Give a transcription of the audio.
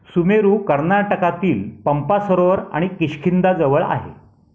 सुमेरू कर्नाटकातील पंपा सरोवर आणि किष्किंधाजवळ आहे